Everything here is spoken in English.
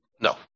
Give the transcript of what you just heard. no